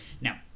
now